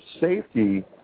safety